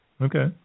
Okay